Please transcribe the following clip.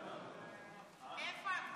יש עתיד-תל"ם להביע אי-אמון בממשלה לא נתקבלה.